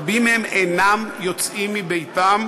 רבים מהם אינם יוצאים מביתם